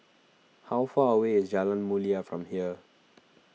how far away is Jalan Mulia from here